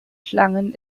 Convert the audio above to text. schlangen